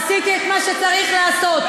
עשיתי את מה שצריך לעשות.